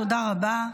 תודה רבה.